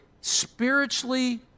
spiritually